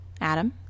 Adam